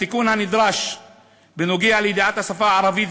התיקון הנדרש בנוגע לידיעת השפה הערבית